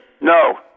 No